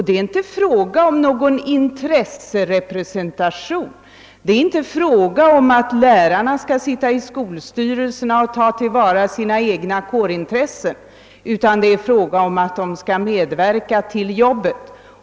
Det är inte fråga om någon intresserepresentation eller att lärarna i skolstyrelserna skall ta till vara sina egna kårintressen; de skall i stället medverka till jobbet.